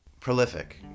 Prolific